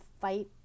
fight